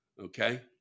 Okay